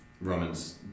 Romans